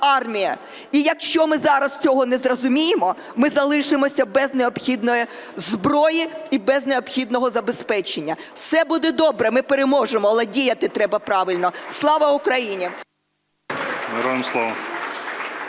І якщо ми зараз цього не зрозуміємо, ми залишимося без необхідної зброї і без необхідного забезпечення. Все буде добре, ми переможемо. Але діяти треба правильно. Слава Україні!